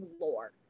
lore